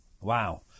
Wow